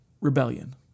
rebellion